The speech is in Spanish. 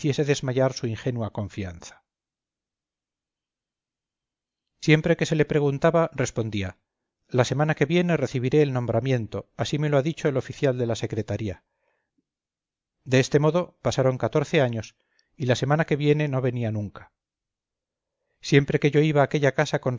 desmayar su ingenua confianza siempre que se le preguntaba respondía la semana que viene recibiré el nombramiento así me lo ha dicho el oficial de la secretaría de este modo pasaron catorce años y la semana que viene no venía nunca siempre que yo iba a aquella casa con